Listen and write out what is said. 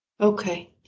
Okay